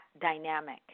dynamic